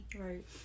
right